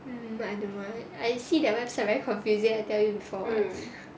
mm I don't know I see their website very confusing I tell you before